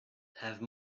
have